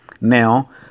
Now